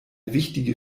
wichtige